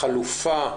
חלופה,